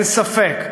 אין ספק,